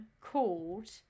called